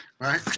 Right